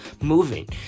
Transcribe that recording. moving